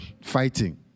fighting